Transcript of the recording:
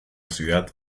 ciudad